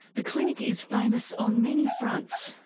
the clinic is famous on many fronts.